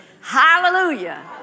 Hallelujah